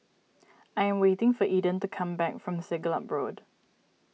I am waiting for Eden to come back from Siglap Road